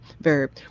verb